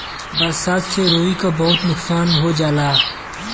बरसात से रुई क बहुत नुकसान हो जाला